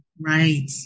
Right